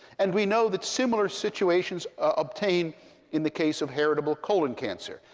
and we know that similar situations obtain in the case of heritable colon cancer,